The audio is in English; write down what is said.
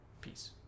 Peace